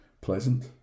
pleasant